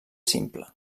simple